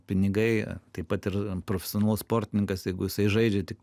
pinigai taip pat ir profesionalus sportininkas jeigu jisai žaidžia tik